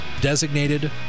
designated